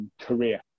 career